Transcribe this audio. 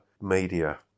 Media